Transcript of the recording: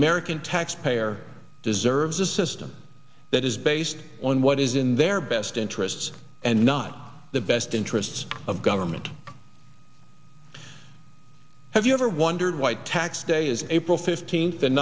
american taxpayer deserves a system that is based on what is in their best interests and not the best interests of government have you ever wondered why tax day is april fifteenth and